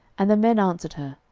and the men answered her,